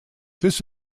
this